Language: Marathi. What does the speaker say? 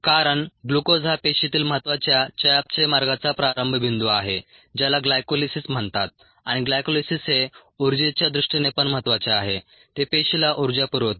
कारण ग्लुकोज हा पेशीतील महत्वाच्या चयापचय मार्गाचा प्रारंभ बिंदू आहे ज्याला ग्लायकोलिसिस म्हणतात आणि ग्लायकोलिसिस हे ऊर्जेच्या दृष्टीने पण महत्वाचे आहे ते पेशीला ऊर्जा पुरवते